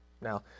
Now